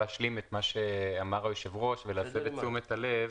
שאמר היושב-ראש ולהסב את תשומת הלב